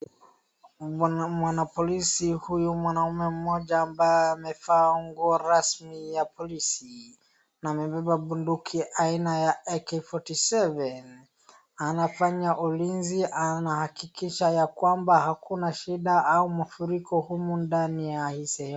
Mwanapolisi huyu mwanamme mmoja ambaye amevaa nguo rasmi ya polisi, na amebeba bunduki aina ya AK47, anafanya ulinzi, anahakikisha ya kwamba hakuna shida au mafuriko humu ndani ya hii sehemu.